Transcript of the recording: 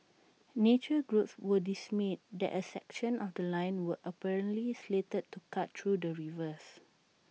nature groups were dismayed that A section of The Line were apparently slated to cut through the reserve